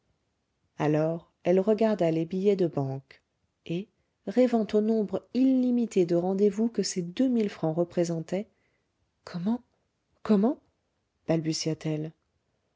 alors elle regarda les billets de banque et rêvant au nombre illimité de rendez-vous que ces deux mille francs représentaient comment comment balbutia-t-elle